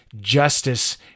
justice